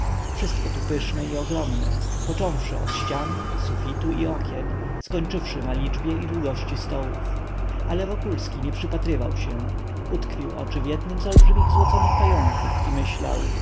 wszystko tu pyszne i ogromne począwszy od ścian sufitu i okien skończywszy na liczbie i długości stołów ale wokulski nie przypatrywał się utkwił oczy w jednym z olbrzymich złoconych pająków i myślał